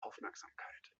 aufmerksamkeit